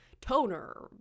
toner